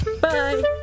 Bye